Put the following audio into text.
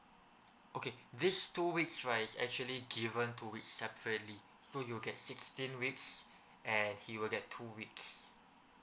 okay this two weeks right is actually given two weeks separately so you get sixteen weeks and he will get two weeks